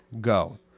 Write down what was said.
Go